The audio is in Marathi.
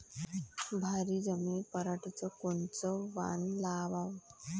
भारी जमिनीत पराटीचं कोनचं वान लावाव?